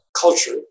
culture